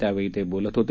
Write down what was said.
त्यावेळी ते बोलत होते